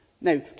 Now